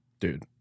Dude